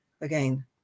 again